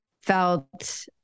felt